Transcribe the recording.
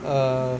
err